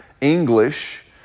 English